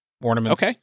Ornaments